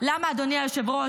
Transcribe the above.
אדוני היושב-ראש,